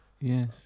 yes